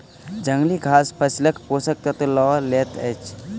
जंगली घास फसीलक पोषक तत्व लअ लैत अछि